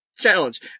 challenge